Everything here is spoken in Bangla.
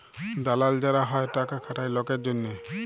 দালাল যারা হ্যয় টাকা খাটায় লকের জনহে